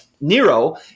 Nero